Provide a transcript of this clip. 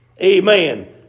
Amen